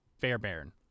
Fairbairn